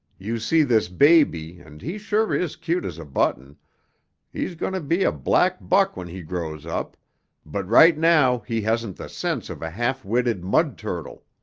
you see this baby and he sure is cute as a button he's going to be a black buck when he grows up but right now he hasn't the sense of a half-witted mud turtle.